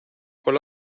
con